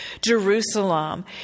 Jerusalem